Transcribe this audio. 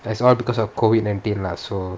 that's all because of COVID nineteen lah so